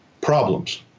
problems